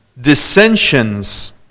dissensions